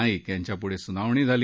नाईक यांच्यापुढे सुनावणी झाली